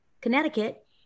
Connecticut